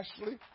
Ashley